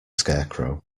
scarecrow